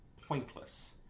pointless